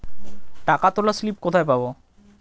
টাকা তোলার স্লিপ কোথায় পাব?